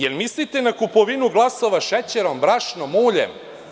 Da li mislite na kupovinu glasova šećerom, brašnom, uljem?